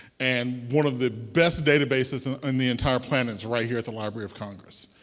and one of the best databases in and the entire planet is right here at the library of congress.